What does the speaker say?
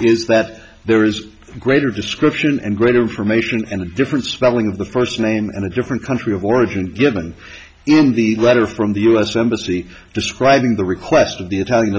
is that there is greater description and greater information and a different spelling of the first name and a different country of origin given in the letter from the u s embassy describing the request of the italian